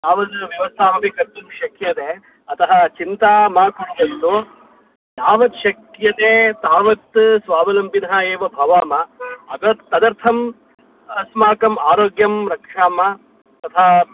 तावद् व्यवस्थामपि कर्तुं शक्यते अतः चिन्तां मा कुर्वन्तु यावत् शक्यते तावत् स्वावलम्बिनः एव भवामः अदर् तदर्थम् अस्माकम् आरोग्यं रक्षामः तथा